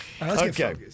Okay